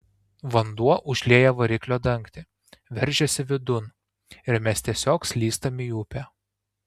vanduo užlieja variklio dangtį veržiasi vidun ir mes tiesiog slystam į upę